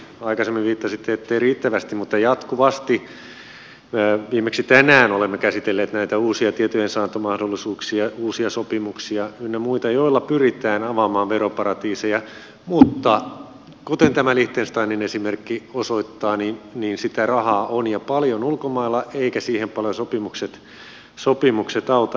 aikaisemmin viittasitte ettei riittävästi mutta jatkuvasti viimeksi tänään olemme käsitelleet näitä uusia tietojensaantimahdollisuuksia uusia sopimuksia ynnä muita joilla pyritään avaamaan veroparatiiseja mutta kuten tämä liechtensteinin esimerkki osoittaa sitä rahaa on ulkomailla ja paljon eivätkä siihen paljon sopimukset auta